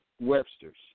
Webster's